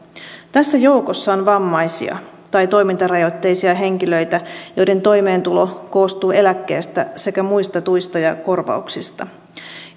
tässä joukossa on vammaisia tai toimintarajoitteisia henkilöitä joiden toimeentulo koostuu eläkkeestä sekä muista tuista ja kor vauksista